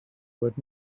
would